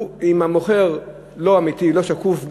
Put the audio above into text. אם המוכר לא אמיתי ולא שקוף,